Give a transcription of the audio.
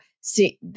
see